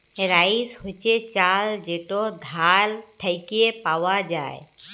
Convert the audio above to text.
rice হছে চাল যেট ধাল থ্যাইকে পাউয়া যায়